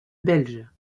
belge